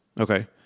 okay